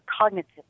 cognitive